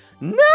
No